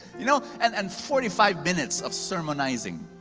you know. and and forty five minutes of sermonizing,